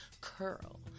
curl